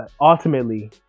ultimately